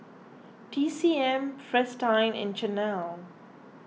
T C M Fristine and Chanel